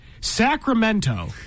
Sacramento